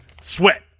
sweat